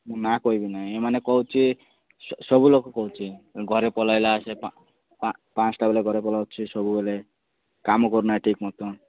ମୁଁ ନାଁ କହିବି ନାହିଁ ଏମାନେ କହୁଛି ସ ସବୁଲୋକ କହୁଛି ଘରେ ପଲାଇଲା ସେ ପାଁ ପାଁ ପାଞ୍ଚଟା ବେଲେ ଘରେ ପଲାଉଛି ସବୁବେଲେ କାମ କରୁନାହିଁ ଠିକ୍ ମଧ୍ୟ